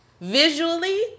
Visually